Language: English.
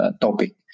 topic